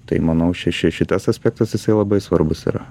tai manau ši ši šitas aspektas jisai labai svarbus yra